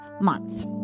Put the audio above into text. month